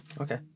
okay